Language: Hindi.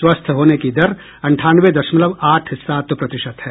स्वस्थ होने की दर अंठानवे दशमलव आठ सात प्रतिशत है